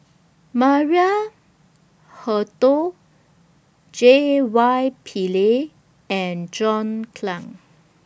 Maria Hertogh J Y Pillay and John Clang